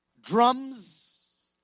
drums